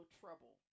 trouble